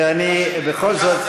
I'm just saying,